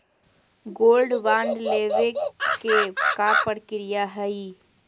Gold bond लेवे के का प्रक्रिया हई?